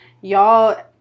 y'all